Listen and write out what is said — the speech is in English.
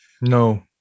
No